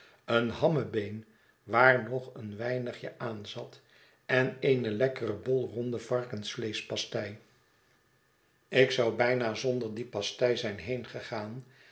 een hammebeen waar nog een weinigje aanzat en eene lekkere bolronde varkensvleesch pastei ik zou bijna zonder die pastei zijn